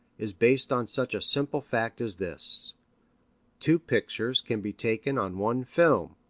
is based on such a simple fact as this two pictures can be taken on one film.